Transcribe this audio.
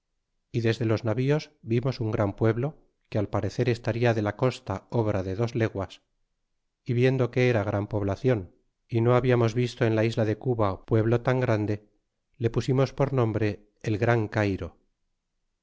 y desde los navíos vimos un gran pueblo que al parecer estaría de la costa obra de dos leguas y viendo que era gran poblacion y no habiamos visto en la isla de cuba pueblo tan grande le pusimos por nombre el gran cayro